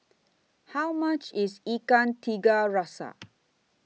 How much IS Ikan Tiga Rasa